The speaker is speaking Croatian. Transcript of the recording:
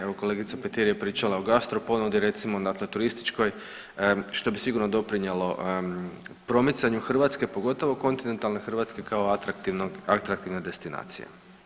Evo kolegica Petir je pričala o gastro ponudi, recimo dakle turističkoj što bi sigurno doprinjelo promicanju Hrvatske, pogotovo kontinentalne Hrvatske kao atraktivnog, atraktivne destinacije.